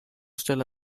still